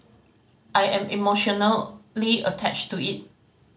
I am emotionally attached to it